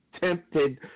tempted